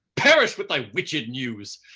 perish with thy witched news,